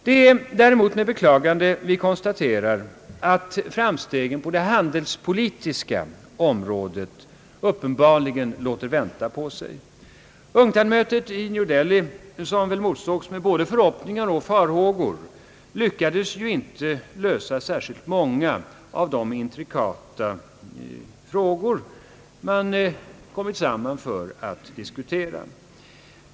Däremot är det med beklagande vi konstaterar, att framstegen på det handelspolitiska området uppenbarligen låter vänta på sig. UNCTAD-mötet i New Delhi, som motsågs med både förhoppningar och farhågor, lyckades inte lösa särskilt många av de intrikata frågor som man hade kommit samman för att diskutera.